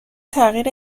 تغییر